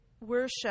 worship